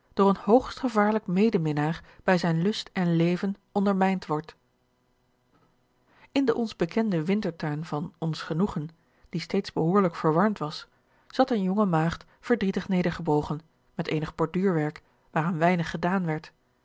door een hoogst gevaarlijk medeminnaar bij zijn lust en leven ondermijnd wordt in den ons bekenden wintertuin van ons genoegen die steeds behoorlijk verwarmd was zat eene jonge maagd verdrietig nedergebogen met eenig borduurwerk waaraan weinig gedaan werd